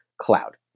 cloud